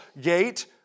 gate